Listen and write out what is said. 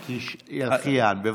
בבקשה.